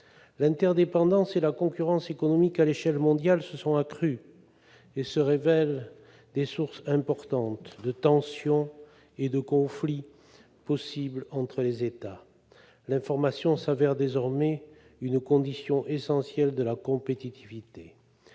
L'interdépendance et la concurrence économiques à l'échelle mondiale se sont accrues et se révèlent des sources importantes de tensions et de conflits possibles entre les États. L'information s'avère désormais une condition essentielle de la compétitivité.